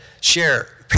share